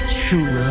true